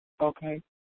okay